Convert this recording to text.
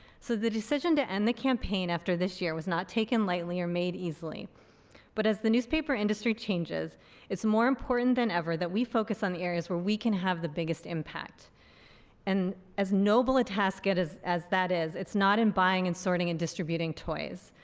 so the decision to end the campaign after this year was not taken lightly or made easily but as the newspaper industry changes it's more important than ever that we focus on the areas where we can have the biggest impact and as noble a task as as that is it's not in buying and sorting and distributing toys.